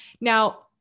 Now